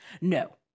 No